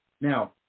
Now